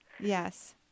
Yes